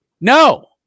no